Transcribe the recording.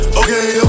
okay